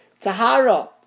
Tahara